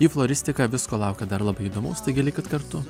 į floristiką visko laukia dar labai įdomaus taigi likit kartu